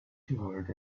toward